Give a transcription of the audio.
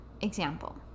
Example